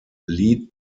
lead